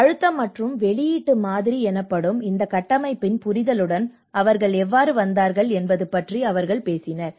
அழுத்தம் மற்றும் வெளியீட்டு மாதிரி எனப்படும் இந்த கட்டமைப்பின் புரிதலுடன் அவர்கள் எவ்வாறு வந்தார்கள் என்பது பற்றி அவர்கள் பேசினர்